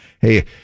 Hey